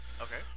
Okay